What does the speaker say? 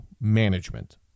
management